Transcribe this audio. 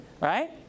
Right